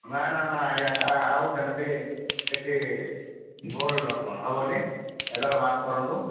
ନା ନା ନା ଆଜ୍ଞା ଆଉ ସେମିତି କିଛି ଭୁଲ ହେବନି ଏଥର ମାପ କରନ୍ତୁ